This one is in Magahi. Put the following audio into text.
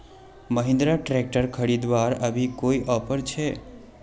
महिंद्रा ट्रैक्टर खरीदवार अभी कोई ऑफर छे?